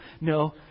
No